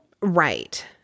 Right